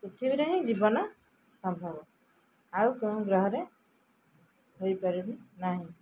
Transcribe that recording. ପୃଥିବୀରେ ହିଁ ଜୀବନ ସମ୍ଭବ ଆଉ କେଉଁ ଗ୍ରହରେ ହୋଇପାରିବ ନାହିଁ